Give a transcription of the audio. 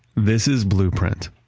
this is blueprint.